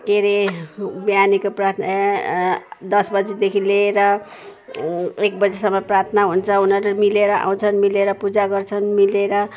के अरे बिहानीको प्रार्थना दस बजीदेखि लिएर एक बजीसम्म प्रार्थना हुन्छ उनीहरू मिलेर आउँछन् मिलेर पूजा गर्छन् मिलेर